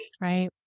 Right